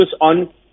on